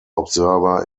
observer